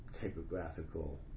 typographical